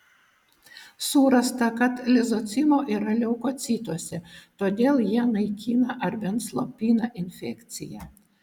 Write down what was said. surasta kad lizocimo yra leukocituose todėl jie naikina ar bent slopina infekciją